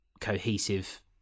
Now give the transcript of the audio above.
cohesive